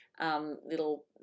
little